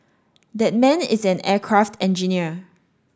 that man is an aircraft engineer